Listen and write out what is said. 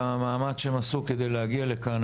אני מודה לכולם על המאמץ שהם עשו כדי להגיע לכאן.